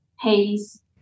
haze